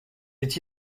est